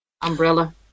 Umbrella